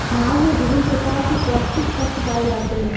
भांग में विभिन्न प्रकार के पौस्टिक तत्त्व पाए जाते हैं